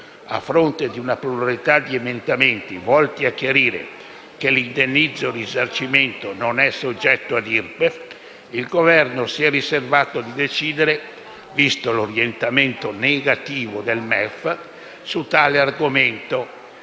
a fronte di una pluralità di emendamenti volti a chiarire che l'indennizzo/risarcimento non è soggetto a IRPEF, il Governo si è riservato di decidere su tale argomento, visto l'orientamento negativo del Ministero